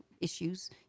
issues